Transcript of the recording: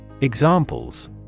Examples